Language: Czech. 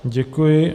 Děkuji.